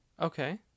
okay